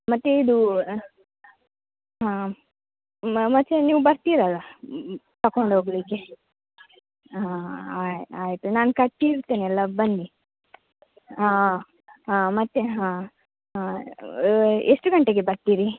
ಮತ್ತು ಇದು ಹಾಂ ಮತ್ತು ನೀವು ಬರ್ತೀರಲ್ಲ ತಕೊಂಡು ಹೋಗ್ಲಿಕ್ಕೆ ಹಾಂ ಆಯ್ ಆಯ್ತು ನಾನು ಕಟ್ಟಿ ಇಡ್ತೇನೆ ಎಲ್ಲ ಬನ್ನಿ ಹಾಂ ಹಾಂ ಮತ್ತು ಹಾಂ ಎಷ್ಟು ಗಂಟೆಗೆ ಬರ್ತೀರಿ